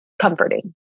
comforting